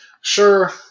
Sure